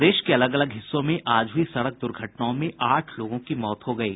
प्रदेश के अलग अलग हिस्सों में आज हुई सड़क दुर्घटनाओं में आठ लोगों की मौत हो गयी